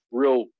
real